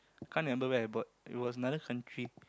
can't remember where I bought it was another country